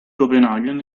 copenaghen